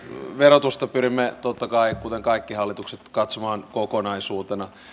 verotusta pyrimme totta kai kuten kaikki hallitukset katsomaan kokonaisuutena